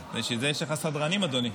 בשביל זה יש לך סדרנים, אדוני.